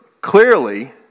clearly